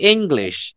English